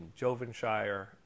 jovenshire